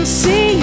see